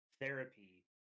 therapy